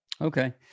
okay